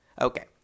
okay